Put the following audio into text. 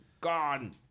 gone